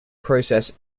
process